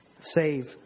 Save